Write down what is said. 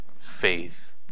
faith